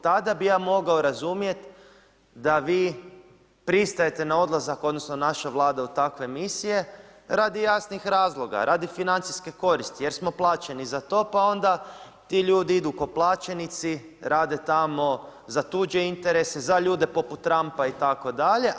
Tada bi ja mogao razumjeti, da vi pristajete na odlazak, odnosno, naša vlada u takve misije, radi jasnih razloga, radi financijske koristi, jer smo plaćeni za to, pa onda ti ljudi idu ko plaćenici, rade tamo, za tuđe interese, za ljude poput Trumpa itd.